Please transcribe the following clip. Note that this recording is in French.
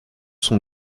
sont